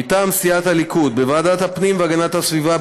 מטעם סיעת הליכוד: בוועדת הפנים והגנת הסביבה,